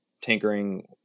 tinkering